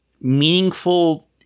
meaningful